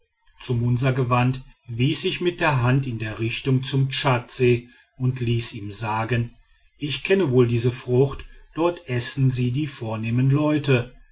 zu munsa gewandt wies ich mit der hand in der richtung zum tschadsee und ließ ihm sagen ich kenne wohl diese frucht dort essen sie die vornehmen leute